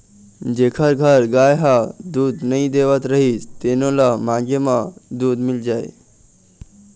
जेखर घर गाय ह दूद नइ देवत रहिस तेनो ल मांगे म दूद मिल जाए